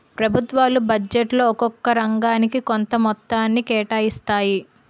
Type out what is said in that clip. ప్రభుత్వాలు బడ్జెట్లో ఒక్కొక్క రంగానికి కొంత మొత్తాన్ని కేటాయిస్తాయి